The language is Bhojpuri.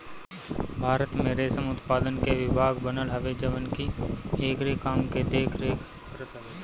भारत में रेशम उत्पादन के विभाग बनल हवे जवन की एकरी काम के देख रेख करत हवे